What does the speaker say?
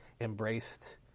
embraced